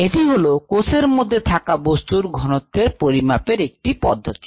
এটি হলো কোষের মধ্যে থাকা বস্তুর ঘনত্ব পরিমাপের একটি পদ্ধতি